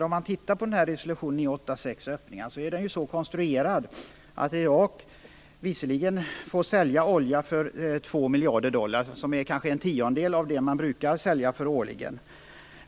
Om man tittar på resolution 986 ser man att öppningarna är konstruerad så att Irak får sälja olja för två miljarder dollar, kanske en tiondel av vad man brukar sälja för årligen.